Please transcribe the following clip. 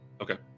Okay